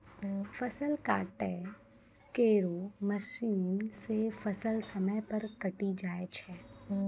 फसल काटै केरो मसीन सें फसल समय पर कटी जाय छै